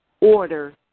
order